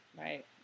Right